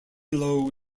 low